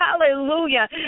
hallelujah